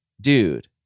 dude